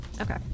Okay